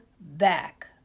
back